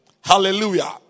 Hallelujah